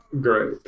great